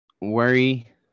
worry